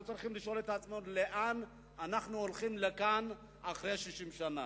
אנחנו צריכים לשאול את עצמנו לאן אנחנו הולכים כאן אחרי 60 שנה.